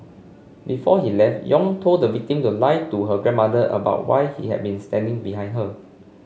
before he left Yong told the victim to lie to her grandmother about why he had been standing behind her